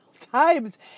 times